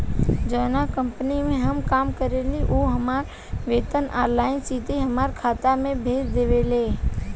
जावना कंपनी में हम काम करेनी उ हमार वेतन ऑनलाइन सीधे हमरा खाता में भेज देवेले